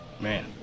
Man